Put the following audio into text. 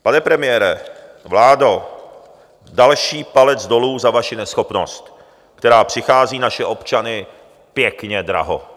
Pane premiére, vládo, další palec dolů za vaši neschopnost, která přichází naše občany pěkně draho.